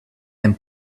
and